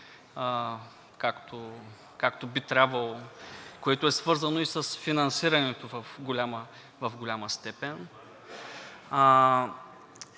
както би трябвало, което е свързано и с финансирането в голяма степен.